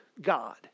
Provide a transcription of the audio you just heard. God